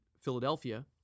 Philadelphia